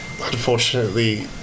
Unfortunately